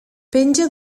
penja